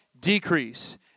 decrease